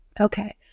Okay